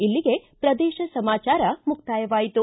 ಇಲ್ಲಿಗೆ ಪ್ರದೇಶ ಸಮಾಚಾರ ಮುಕ್ಕಾಯವಾಯಿತು